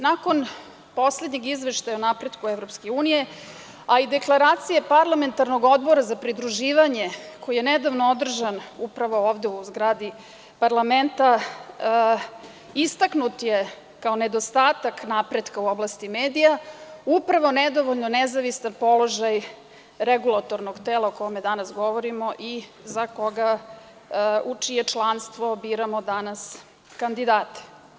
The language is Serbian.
Nakon poslednjeg izveštaja o napretku Evropske unije, a i Deklaracije Parlamentarnog odbora za pridruživanje, koji je nedavno održan upravo ovde u zgradi parlamenta, istaknut je kao nedostatak napretka u oblasti medija upravo nedovoljno nezavistan položaj regulatornog tela o kome danas govorimo i u čije članstvo biramo danas kandidate.